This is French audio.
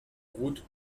route